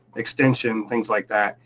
extension, things like that.